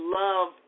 love